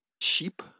sheep